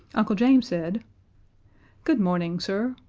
uncle james said good morning, sir.